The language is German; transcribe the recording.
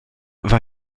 war